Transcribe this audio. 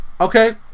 Okay